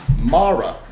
Mara